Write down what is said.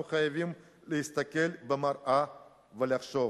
אנחנו חייבים להסתכל במראה ולחשוב